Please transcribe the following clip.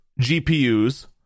GPUs